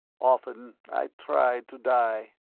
often i tried to die.